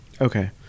Okay